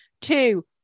two